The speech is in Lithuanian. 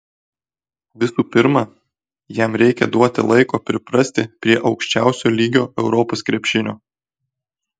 visų pirma jam reikia duoti laiko priprasti prie aukščiausio lygio europos krepšinio